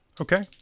Okay